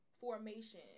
Formation